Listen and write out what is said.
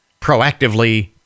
proactively